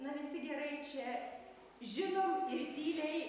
na visi gerai čia žinom ir tyliai